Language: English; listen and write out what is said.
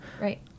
right